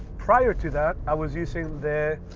prior to that i was using the,